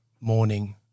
morning